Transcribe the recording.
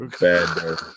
Bad